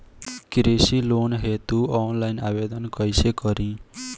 कृषि लोन हेतू ऑफलाइन आवेदन कइसे करि?